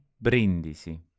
brindisi